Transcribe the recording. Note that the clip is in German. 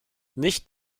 nicht